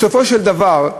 בסופו של דבר,